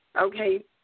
Okay